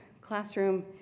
classroom